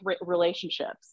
relationships